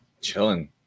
chilling